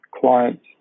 clients